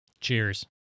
Cheers